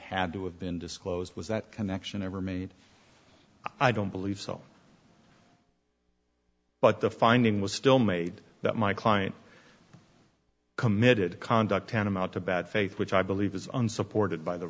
had to have been disclosed was that connection ever made i don't believe so but the finding was still made that my client committed conduct tantamount to bad faith which i believe is unsupported by the